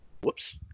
whoops